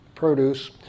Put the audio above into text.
produce